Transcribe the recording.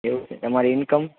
એવું છે તમારી ઇન્કમ